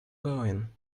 going